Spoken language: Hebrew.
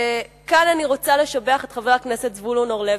כאן אני רוצה לשבח את חבר הכנסת זבולון אורלב,